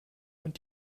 und